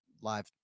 live